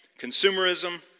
consumerism